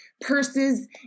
purses